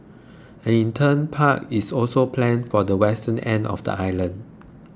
an intern park is also planned for the western end of the island